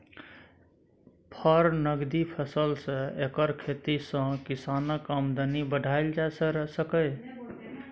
फर नकदी फसल छै एकर खेती सँ किसानक आमदनी बढ़ाएल जा सकैए